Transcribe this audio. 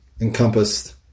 encompassed